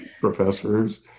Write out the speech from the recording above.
professors